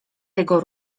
jego